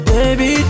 Baby